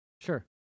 Sure